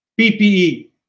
PPE